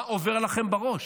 מה עובר לכם בראש?